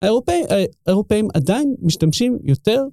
האירופאים עדיין משתמשים יותר.